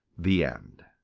the end